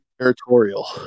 territorial